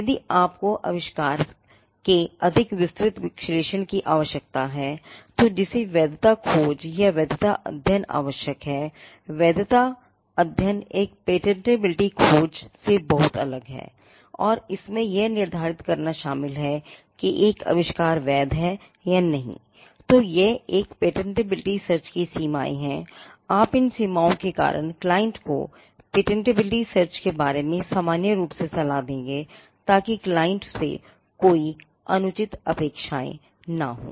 यदि आपको आविष्कार के अधिक विस्तृत विश्लेषण की आवश्यकता है तो वैधता खोज से कोई अनुचित अपेक्षाएं न हों